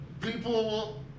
People